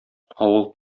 авыл